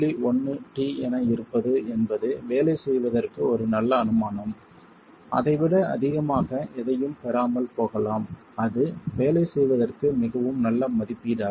1 t என இருப்பது என்பது வேலை செய்வதற்கு ஒரு நல்ல அனுமானம் அதை விட அதிகமாக எதையும் பெறாமல் போகலாம் அது வேலை செய்வதற்கு மிகவும் நல்ல மதிப்பீடாகும்